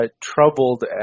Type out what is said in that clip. troubled